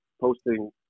posting